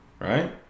right